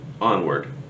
onward